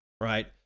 Right